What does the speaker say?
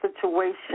situation